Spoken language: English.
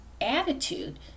attitude